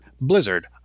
Blizzard